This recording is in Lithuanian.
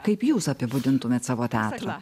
kaip jūs apibūdintumėt savo teatrą